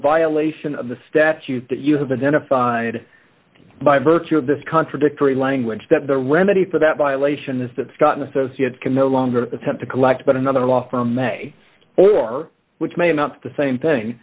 violation of the statute that you have a genocide by virtue of this contradictory language that the remedy for that violation is that it's got an associate can no longer attempt to collect but another law firm may or which may not be the same thing